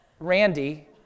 Randy